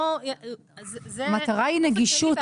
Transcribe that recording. המטרה היא נגישות.